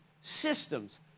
systems